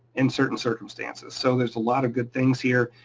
in certain circumstances. so there's a lot of good things here.